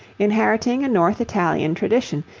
inheriting a north italian tradition,